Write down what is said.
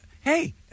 hey